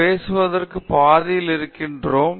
நாங்கள் பேசுவதற்குள் பாதியிலேயே இருக்கிறோம்